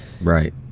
Right